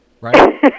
right